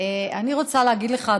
אני רוצה להגיד לך,